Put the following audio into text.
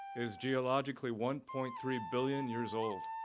is geologically one point three billion years old